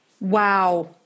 Wow